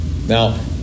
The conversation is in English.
Now